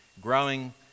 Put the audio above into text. Growing